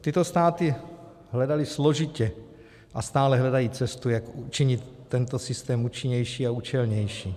Tyto státy hledaly složitě a stále hledají cestu, jak učinit tento systém účinnější a účelnější.